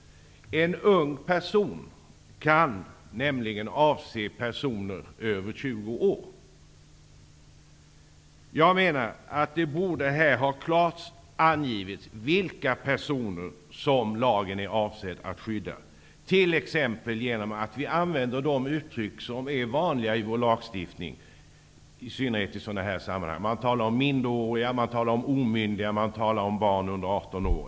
''En ung person'' kan nämligen avse personer över 20 år. Jag menar att det borde klart ha angivits vilka personer som lagen är avsedd att skyddda t.ex. genom användande av de uttryck som är vanliga i vår lagstiftning, i synnerhet i sådana här sammanhang. Man talar t.ex. om ''minderåriga'', ''omyndiga'' och ''barn under 18 år''.